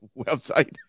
website